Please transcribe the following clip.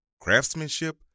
Craftsmanship